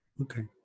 Okay